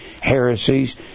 Heresies